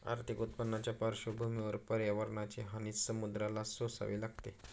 आर्थिक उत्पन्नाच्या पार्श्वभूमीवर पर्यावरणाची हानी समुद्राला सोसावी लागते